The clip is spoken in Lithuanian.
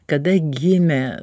kada gimė